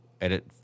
edit